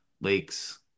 lakes